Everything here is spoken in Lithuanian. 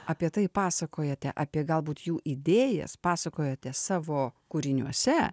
apie tai pasakojate apie galbūt jų idėjas pasakojate savo kūriniuose